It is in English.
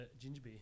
Ginger